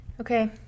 Okay